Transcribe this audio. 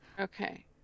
Okay